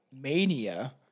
mania